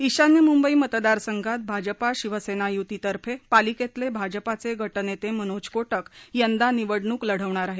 ईशान्य मुंबई मतदारसंघात भाजपा शिवसेना युतीतर्फे पालिकेतले भाजपाचे गटनेते मनोज कोटक यंदा निवडणूक लढवणार आहेत